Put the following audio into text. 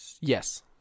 Yes